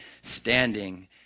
standing